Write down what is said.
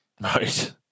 Right